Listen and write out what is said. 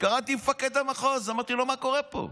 קראתי למפקד המחוז, אמרתי לו: מה קורה פה?